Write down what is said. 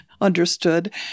understood